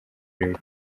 birori